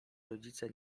rodzice